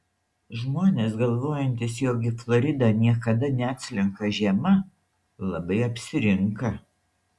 žmonės galvojantys jog į floridą niekada neatslenka žiema labai apsirinka